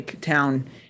town